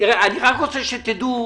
אני רק רוצה שתדעו,